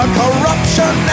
corruption